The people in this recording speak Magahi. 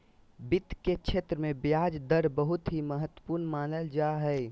वित्त के क्षेत्र मे ब्याज दर बहुत ही महत्वपूर्ण मानल जा हय